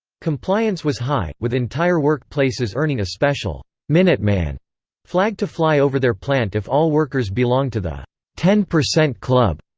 compliance was high, with entire work places earning a special minuteman flag to fly over their plant if all workers belonged to the ten percent club.